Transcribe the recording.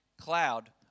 cloud